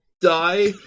Die